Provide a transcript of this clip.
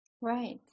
right